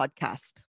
Podcast